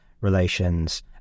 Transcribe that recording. relations